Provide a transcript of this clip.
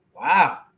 Wow